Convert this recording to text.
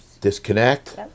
disconnect